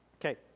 okay